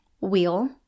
wheel